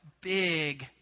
big